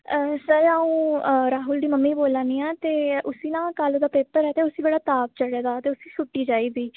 sir आ'ऊं राहुल दी mummy बोला नी आं ते उसी ना कल ओह्दा पेपर ऐ ते उसी ना बड़ा ताप चढ़े दा ते उसी छुट्टी चाहिदी